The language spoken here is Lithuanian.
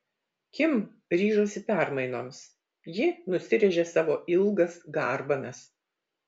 kim ryžosi permainoms ji nusirėžė savo ilgas garbanas